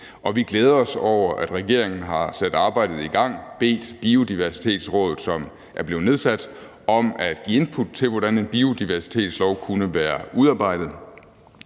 og vi glæder os over, at regeringen har sat arbejdet i gang og bedt Biodiversitetsrådet, som er blevet nedsat, om at give input til, hvordan en biodiversitetslov kunne være udarbejdet.